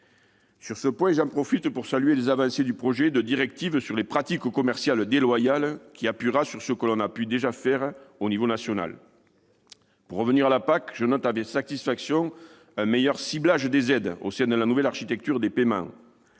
Sur ce point, j'en profite pour saluer les avancées du projet de directive sur les pratiques commerciales déloyales, qui accentuera ce que l'on a pu déjà faire au niveau national. Pour revenir à la PAC, je note avec satisfaction un meilleur ciblage des aides au sein de la nouvelle architecture des paiements.